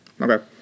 Okay